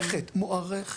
מוערכת.